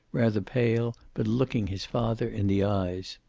rather pale, but looking his father in the eyes.